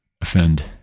offend